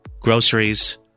groceries